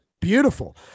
Beautiful